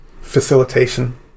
facilitation